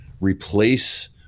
replace